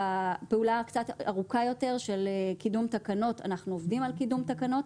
בפעולה קצת ארוכה יותר של קידום תקנות אנחנו עובדים על קידום תקנות.